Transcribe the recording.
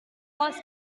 wars